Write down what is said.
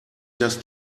das